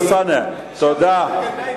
הצעת חוק הרשות לפיתוח הנגב (תיקון מס' 4),